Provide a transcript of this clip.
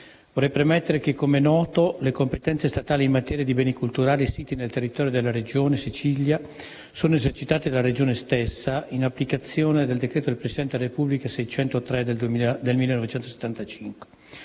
Vorrei premettere che - come è noto - le competenze statali in materia di beni culturali siti nel territorio della Regione Sicilia sono esercitate dalla Regione stessa in applicazione del decreto del Presidente della Repubblica n. 637 del 1975.